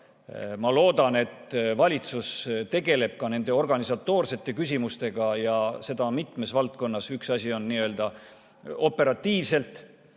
Ma loodan, et valitsus tegeleb ka nende organisatoorsete küsimustega ja seda mitmes valdkonnas. Üks asi on operatiivselt